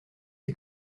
est